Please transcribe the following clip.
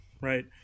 right